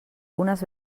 unes